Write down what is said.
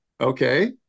Okay